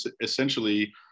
essentially